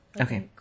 Okay